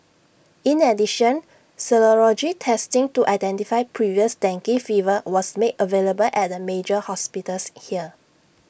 in addition serology testing to identify previous dengue favor was made available at the major hospitals here